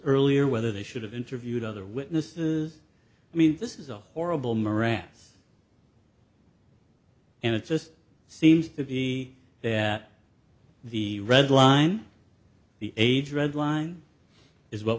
earlier whether they should have interviewed other witnesses i mean this is a horrible morass and it just seems to be that the red line the age red line is what